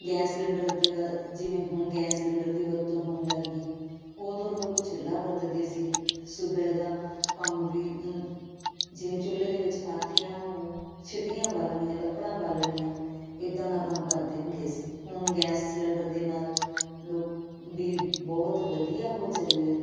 gas cylinder ਦ ਜਿਵੇਂ ਹੁਣ ਗੈਸ ਸਲੰਡਰ ਦੀ ਵਰਤੋਂ ਹੋਣ ਲੱਗ ਗਈ ਉਦੋਂ ਲੋਕ ਚੁੱਲ੍ਹਾ ਵਰਤਦੇ ਸੀ ਸੁਬਹ ਦਾ ਕੰਮ ਵੀ ਜਿਵੇਂ ਚੁੱਲ੍ਹੇ ਦੇ ਵਿੱਚ ਪਾਥੀਆਂ ਹੋ ਛਿਟੀਆਂ ਬਾਲਣੀਆਂ ਲੱਕੜਾਂ ਬਾਲਣੀਆਂ ਇੱਦਾਂ ਦਾ ਕੰਮ ਕਰਦੇ ਹੁੰਦੇ ਸੀ ਹੁਣ ਗੈਸ ਸਲਿੰਡਰ ਦੇ ਨਾਲ ਲੋ ਵੀ ਬਹੁਤ ਵਧੀਆ ਹੋ ਚੱਲਿਆ